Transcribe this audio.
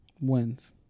Wins